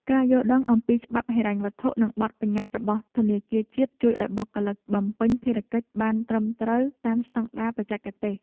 ការយល់ដឹងអំពីច្បាប់ហិរញ្ញវត្ថុនិងបទបញ្ញត្តិរបស់ធនាគារជាតិ ជួយឱ្យបុគ្គលិកបំពេញភារកិច្ចបានត្រឹមត្រូវតាមស្ដង់ដារបច្ចេកទេស។